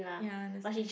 ya ah that's why